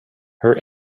her